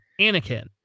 Anakin